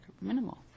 minimal